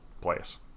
place